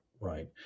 right